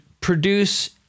produce